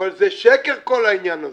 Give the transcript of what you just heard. אבל זה שקר כל העניין הזה.